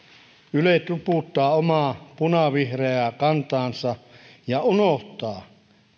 yle tuputtaa omaa punavihreää kantaansa ja unohtaa